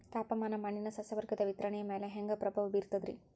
ತಾಪಮಾನ ಮಣ್ಣಿನ ಸಸ್ಯವರ್ಗದ ವಿತರಣೆಯ ಮ್ಯಾಲ ಹ್ಯಾಂಗ ಪ್ರಭಾವ ಬೇರ್ತದ್ರಿ?